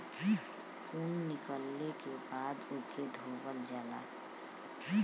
ऊन निकलले के बाद ओके धोवल जाला